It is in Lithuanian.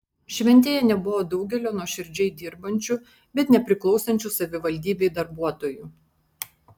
šventėje nebuvo daugelio nuoširdžiai dirbančių bet nepriklausančių savivaldybei darbuotojų